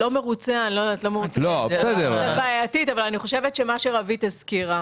"לא מרוצה" זה הגדרה בעייתית אבל מה שרווית הזכירה